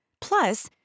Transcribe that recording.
Plus